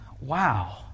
Wow